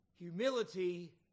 Humility